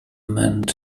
meant